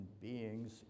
beings